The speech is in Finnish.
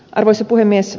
arvoisa puhemies